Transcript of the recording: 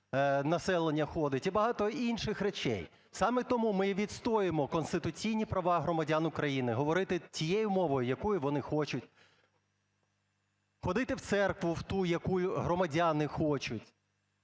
населення ходить і багато інших речей. Саме тому ми і відстоюємо конституційні права громадян України говорити тією мовою, якою вони хочуть, ходити в церкву в ту, в яку громадяни хочуть.